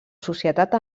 societat